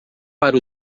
para